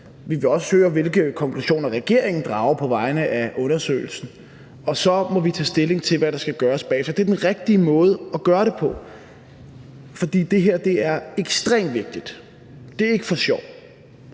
Vi vil også høre, hvilke konklusioner regeringen drager på vegne af undersøgelsen. Og så må vi bagefter tage stilling til, hvad der skal gøres. Det er den rigtige måde at gøre det på. For det her er ekstremt vigtigt. Det er ikke for sjov.